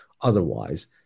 otherwise